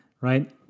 right